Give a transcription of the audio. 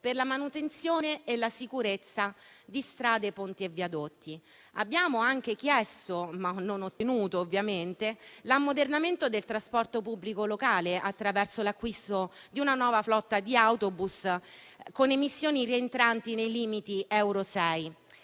per la manutenzione e la sicurezza di strade, ponti e viadotti. Abbiamo anche chiesto - ma non ottenuto, ovviamente - l'ammodernamento del trasporto pubblico locale attraverso l'acquisto di una nuova flotta di autobus con emissioni rientranti nei limiti Euro 6.